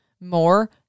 more